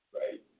right